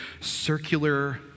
circular